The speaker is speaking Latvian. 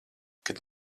kad